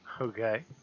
Okay